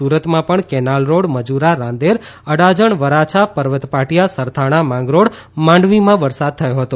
સુરતમાં પણ canal road Majura Rander Adajan Varachha Parvatpatiya Sarthana Mangrol માંડવીમાં વરસાદ થયો હતો